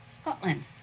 Scotland